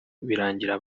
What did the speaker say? birangira